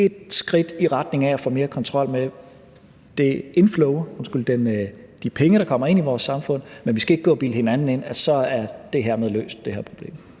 ét skridt i retning af at få mere kontrol med de penge, der kommer ind i vores samfund, men vi skal ikke gå og bilde hinanden ind, at så er problemet hermed løst. Kl.